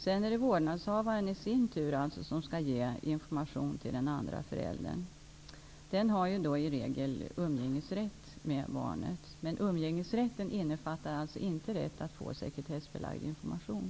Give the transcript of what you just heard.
Sedan får vårdnadshavaren i sin tur ge information till den andra föräldern, som i regel har rätt till umgänge med barnet. Men umgängesrätten innefattar alltså inte en rätt att få sekretessbelagd information.